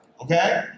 okay